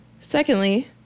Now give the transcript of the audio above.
secondly